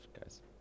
guys